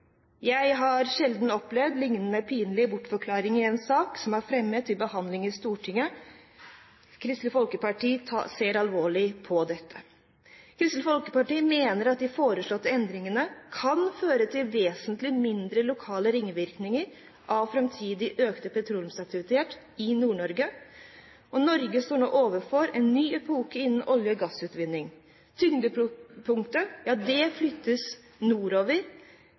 Jeg har sjelden opplevd lignende pinlige bortforklaring i en sak som er fremmet til behandling i Stortinget. Kristelig Folkeparti ser alvorlig på dette. Kristelig Folkeparti mener at de foreslåtte endringene kan føre til vesentlig mindre lokale ringvirkninger av framtidig økt petroleumsaktivitet i Nord-Norge. Norge står nå overfor en ny epoke innen olje- og gassutvinning. Tyngdepunktet flyttes nordover.